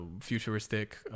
futuristic